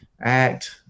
act